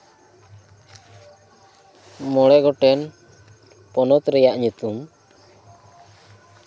ᱢᱚᱬᱮ ᱜᱚᱴᱮᱱ ᱯᱚᱱᱚᱛ ᱨᱮᱭᱟᱜ ᱧᱩᱛᱩᱢ